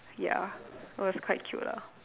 ya it was quite cute lah